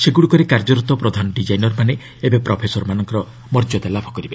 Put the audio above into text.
ସେଗ୍ରଡ଼ିକରେ କାର୍ଯ୍ୟରତ ପ୍ରଧାନ ଡିକାଇନର୍ମାନେ ଏବେ ପ୍ରଫେସରମାନଙ୍କ ମର୍ଯ୍ୟାଦା ଲାଭ କରିବେ